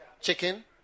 Chicken